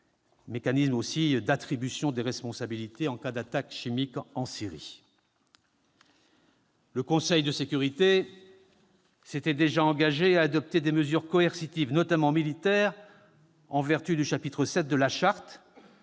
d'enquête et d'attribution des responsabilités en cas d'attaque chimique en Syrie. Le Conseil de sécurité s'était déjà engagé à adopter des mesures coercitives, notamment militaires, en vertu du chapitre VII de la Charte,